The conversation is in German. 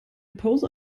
pause